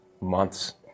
Months